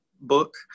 book